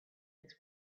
its